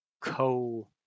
co